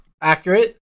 accurate